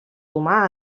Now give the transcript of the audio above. humà